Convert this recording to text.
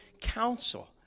counsel